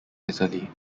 italy